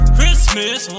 Christmas